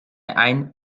ein